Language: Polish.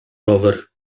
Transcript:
rower